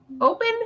Open